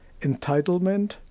entitlement